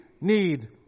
need